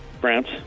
France